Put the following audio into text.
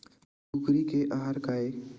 कुकरी के आहार काय?